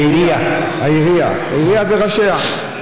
העירייה וראשיה.